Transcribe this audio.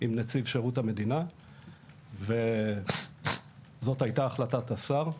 עם נציב שירות המדינה וזאת הייתה חלטת השר,